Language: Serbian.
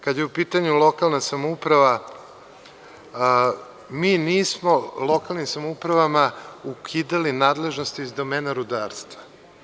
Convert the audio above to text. Kada je u pitanju lokalna samouprava, mi nismo lokalnim samoupravama ukidali nadležnosti iz domena rudarstva.